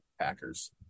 Packers